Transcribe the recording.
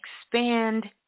expand